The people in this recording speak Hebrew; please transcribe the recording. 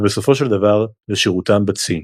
ובסופו של דבר לשירותם בצי.